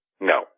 No